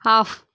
off